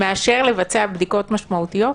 מאשר לבצע בדיקות משמעותיות?